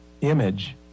image